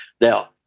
Now